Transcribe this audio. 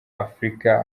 afrika